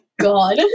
god